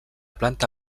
planta